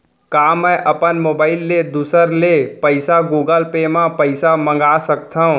का मैं अपन मोबाइल ले दूसर ले पइसा गूगल पे म पइसा मंगा सकथव?